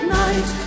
night